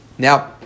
Now